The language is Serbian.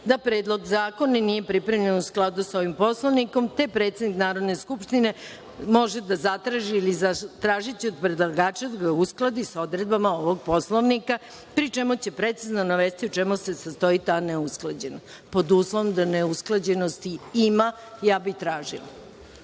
da Predlog zakona nije pripremljen u skladu sa ovim Poslovnikom, te predsednik Narodne skupštine može da zatraži, ili zatražiće od predlagača da ga uskladi sa odredbama ovog Poslovnik, pri čemu će precizno navesti u čemu se sastoji ta neusklađenost, pod uslovom da neusklađenosti ima tražila